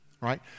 right